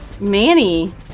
Manny